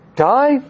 Die